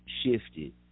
shifted